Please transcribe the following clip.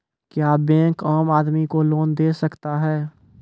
क्या बैंक आम आदमी को लोन दे सकता हैं?